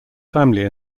family